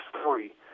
story